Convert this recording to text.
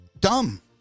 Dumb